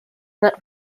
not